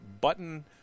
button